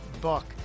book